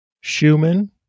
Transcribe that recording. Schumann